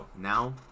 Now